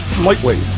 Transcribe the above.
lightweight